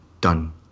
done